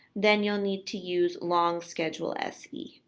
then you'll need to use long schedule se.